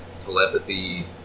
Telepathy